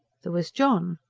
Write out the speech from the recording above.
there was john.